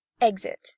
exit